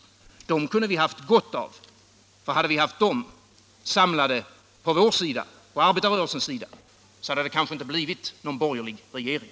Dessa tvivlare kunde vi haft glädje av, för hade vi haft dem samlade på vår sida, på arbetarrörelsens sida, hade det kanske inte blivit någon borgerlig regering.